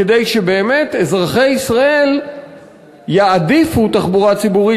כדי שבאמת אזרחי ישראל יעדיפו תחבורה ציבורית